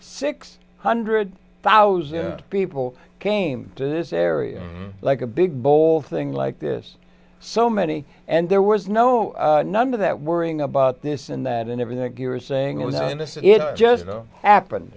six hundred thousand people came to this area like a big bowl thing like this so many and there was no number that worrying about this and that and everything you were saying and it just happened